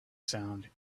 sound